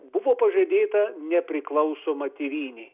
buvo pažadėta nepriklausoma tėvynė